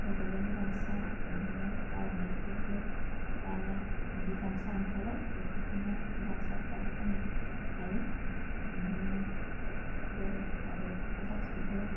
बड'लेण्ड गामसा बिदिनो आर'नाइफोरबो दानिया बिदि गामसा ओंखारबाय बेफोरबादिनो गामसाफ्राबो अनेक थायो बिदिनो बर'बाबो गासिबो